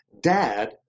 dad